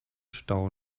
stau